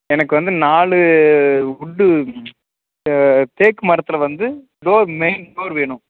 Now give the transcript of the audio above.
எனக்கு வந்து நாலு வுட்டு தேக்கு மரத்தில் வந்து டோர் மெயின் டோர் வேணும்